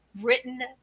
written